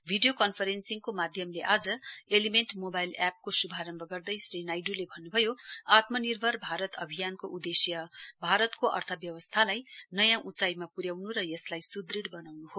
video कन्फरेन्सिङको माध्यमले आज एलीमेन्ट मोबाइल ऐपको शुभारम्भ गर्दै श्री नाइड्ले भन्नु भयो आत्मनिर्भर भारत अभियानको उद्देश्य भारतको अर्थव्यवस्थालाई नयाँ उचाईमा प्र याउन् र यसलाई स्दृड बनाउन् हो